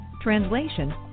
translation